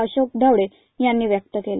अशोक ढवळे यांनी व्यक्त केलं